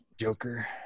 Joker